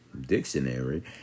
dictionary